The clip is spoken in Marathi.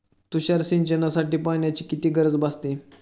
तुषार सिंचनासाठी पाण्याची किती गरज भासते?